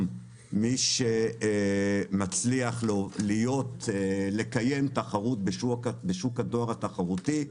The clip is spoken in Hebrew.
מי שמצליח לקיים תחרות בשוק הדואר התחרותי,